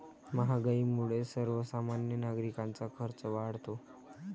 महागाईमुळे सर्वसामान्य नागरिकांचा खर्च वाढतो